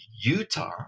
Utah